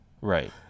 Right